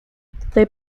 they